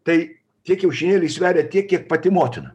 tai tie kiaušinėliai sveria tiek kiek pati motina